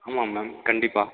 ஆமாம் மேம் கண்டிப்பாக